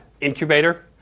incubator